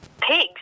Pigs